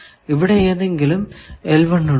ഇവിടെ ഏതെങ്കിലും ഉണ്ടോ